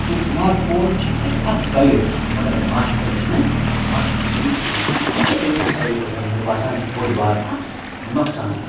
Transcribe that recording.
گوٚو smart phone چھِ اَسہِ اَکھ گایِڈ مگر ماشٹَر چھِ نہٕ ماشٹَر چھِ نہٕ یہِ کِہیٖنۍ یہِ چھِ اَمیُک ساروی کھۄتَن مےٚ باسان بوٚڑ بار اَکھ نۄقصان